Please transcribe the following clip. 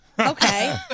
Okay